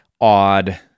odd